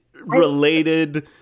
related